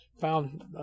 found